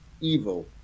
evil